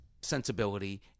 sensibility